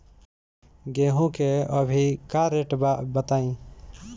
गेहूं के अभी का रेट बा बताई?